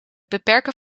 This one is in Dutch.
beperken